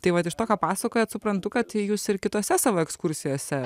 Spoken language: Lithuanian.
tai vat iš to ką pasakojot suprantu kad į jus ir kitose savo ekskursijose